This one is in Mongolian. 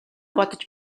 бодож